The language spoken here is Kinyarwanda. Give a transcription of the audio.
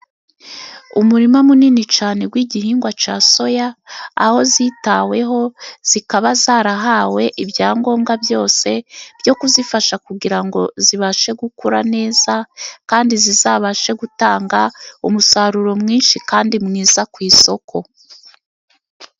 Umurima munini cyane w'igihingwa cya soya aho zitaweho zikaba zarahawe ibyangombwa byose byo kuzifasha kugira ngo zibashe gukura neza, kandi zizabashe gutanga umusaruro mwinshi kandi mwiza ku isoko.